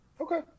Okay